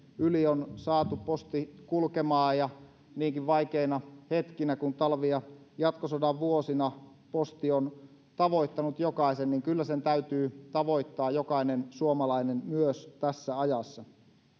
yli on saatu posti kulkemaan ja niinkin vaikeina hetkinä kuin talvi ja jatkosodan vuosina posti on tavoittanut jokaisen niin kyllä sen täytyy tavoittaa jokainen suomalainen myös tässä ajassa